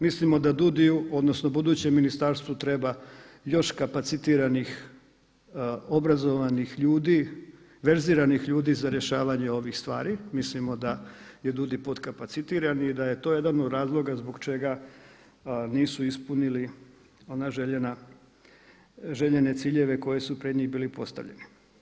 Mislimo da DUUDI-u odnosno budućem ministarstvu treba još kapacitiranih, obrazovanih ljudi, verziranih ljudi za rješavanje ovih stvari, mislimo da je DUUDI potkapacitiran i da je to jedan od razloga zbog čega nisu ispunili ona željena, željene ciljeve koji su pred njih bili postavljeni.